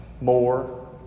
more